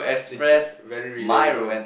this very relatable